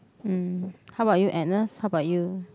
um how about you Agnes how about you